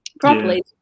properly